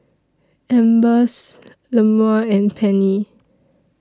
Ambers Lemuel and Penni